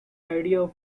idea